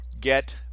get